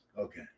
Okay